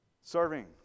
Serving